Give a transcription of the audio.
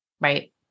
Right